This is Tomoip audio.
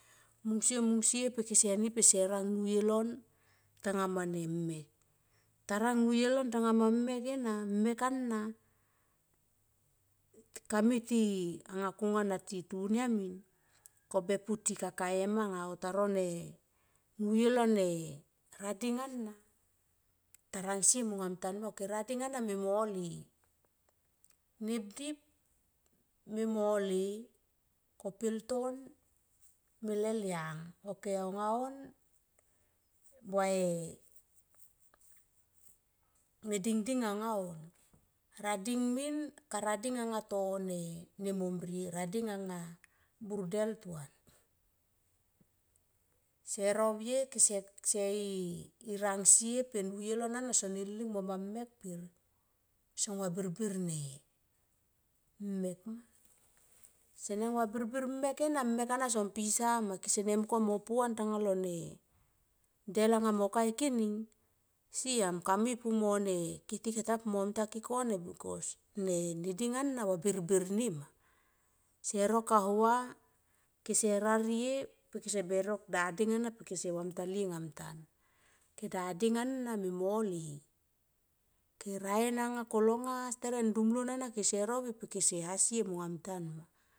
Mung sie mung sie pe kese ni pe kese rang nuye lon tanga ma mek. Tanang nuye lon tanga ma mek ena mek ana kami ti anga konga na ti tunia min be pu ti kaka e ma anga ota no ne nuye lone rading ana tanan sie monga mtan, ok rading ana me mole. Nep dip me mole ko pelton me leliang ok au nga on va e me ding ding anga on. Rading min ka rading anga tone mom rie rading anga bur del tuan. Se rovie kese kese i rang sie pe nuye. lon ana son niling moma mek pe son var birbir ne mek ma. Sene vabirbir mek ena, mek ana son pisa ma kese ne mung kone mo puvan tanga lone del anga mo ka e kining siam kamui pu mo ne. Tikata po mo ne muntake kone bikos ne ne ding ana vabirbir ni ma. Seno kau va kese rarie kese be no dading ana me mole. Key raen anga kolonga e steret ndum lon ana se rovie pe kese ha sie mongam tan ma.